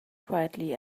quietly